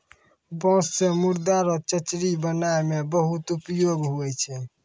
बाँस से मुर्दा रो चचरी बनाय मे बहुत उपयोगी हुवै छै